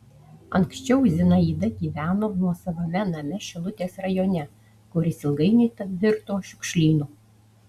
anksčiau zinaida gyveno nuosavame name šilutės rajone kuris ilgainiui virto šiukšlynu